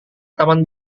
taman